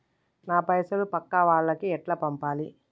నా పైసలు పక్కా వాళ్లకి ఎట్లా పంపాలి?